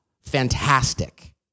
fantastic